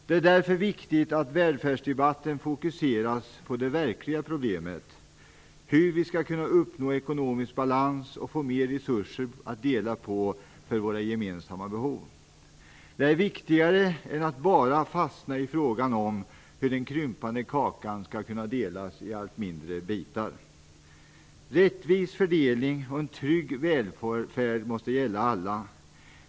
Det är därför viktigt att välfärdsdebatten fokuseras på det verkliga problemet, hur vi skall kunna uppnå ekonomisk balans och få mer resurser att dela på för våra gemensamma behov. Det är viktigare än att bara fastna i frågan om hur den krympande kakan skall kunna delas i allt mindre bitar. Rättvis fördelning och en trygg välfärd måste gälla alla.